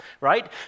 right